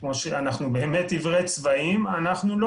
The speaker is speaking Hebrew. אנחנו באמת עוורי צבעים אנחנו לא